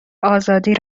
آزادی